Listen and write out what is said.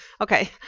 Okay